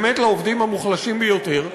לעובדים המוחלשים יותר,